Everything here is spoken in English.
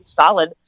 solid